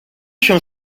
się